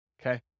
okay